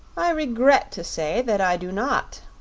i regret to say that i do not,